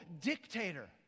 dictator